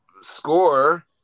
score